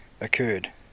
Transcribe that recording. occurred